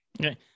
okay